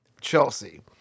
Chelsea